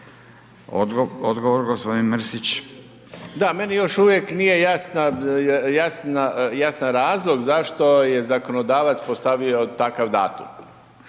Mirando (Demokrati)** Da, meni još uvijek nije jasan razlog zašto je zakonodavac postavio takav datum.